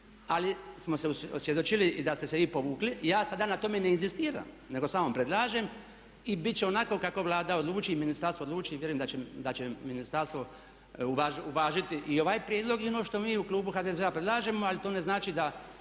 ali smo se osvjedočili i da ste se vi povukli. Ja sada na tome ne inzistiram nego samo predlažem i bit će onako kako Vlada odluči i ministarstvo odluči. Vjerujem da će ministarstvo uvažiti i ovaj prijedlog i ono što mi u klubu HDZ-a predlažemo. Ali to ne znači da,